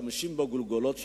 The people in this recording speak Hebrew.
משתמשים בגולגולות שלהם,